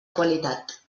qualitat